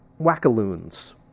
wackaloons